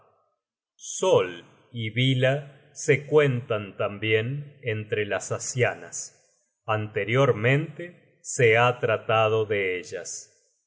sol y bila se cuentan tambien entre las asianas anteriormente se ha tratado de ellas